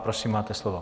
Prosím, máte slovo.